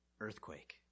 earthquake